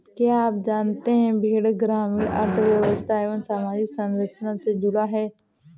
क्या आप जानते है भेड़ ग्रामीण अर्थव्यस्था एवं सामाजिक संरचना से जुड़ा है?